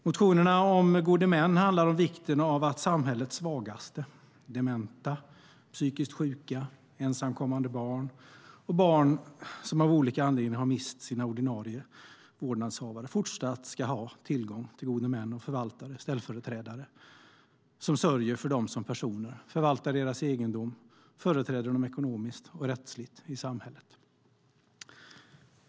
Motionerna om gode män handlar om vikten av att samhällets svagaste, dementa, psykiskt sjuka, ensamkommande barn och barn som av olika anledningar har mist sina ordinarie vårdnadshavare fortsatt ska ha tillgång till gode män och förvaltare, ställföreträdare, som sörjer för dem som personer, förvaltar deras egendom och företräder dem ekonomiskt och rättsligt i samhället.